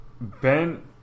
Ben